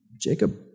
Jacob